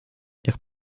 jak